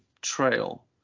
trail